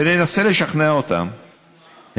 וננסה לשכנע אותם,